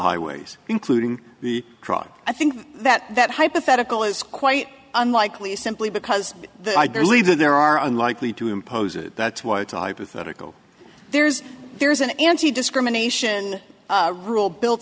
highways including the truck i think that that hypothetical is quite unlikely simply because i believe that there are unlikely to impose it that's why it's a hypothetical there's there's an anti discrimination rule built